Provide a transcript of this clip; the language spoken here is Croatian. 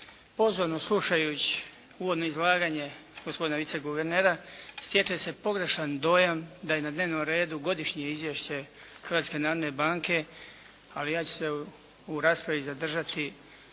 Pozorno slušajući uvodno izlaganje gospodina viceguvernera stječe se pogrešan dojam da je na dnevnom redu godišnje izvješće Hrvatske narodne banke, ali ja ću se u raspravi zadržati